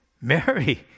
Mary